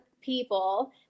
people